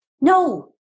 no